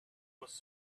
was